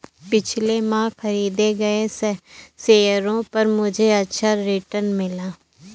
पिछले माह खरीदे गए शेयरों पर मुझे अच्छा रिटर्न मिला